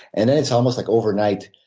and then it's almost like overnight.